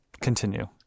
continue